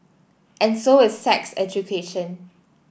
and so is sex education